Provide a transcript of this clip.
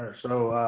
so,